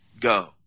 go